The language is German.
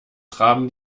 traben